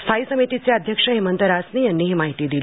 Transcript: स्थायी समितीचे अध्यक्ष हेमंत रासने यांनी ही माहिती दिली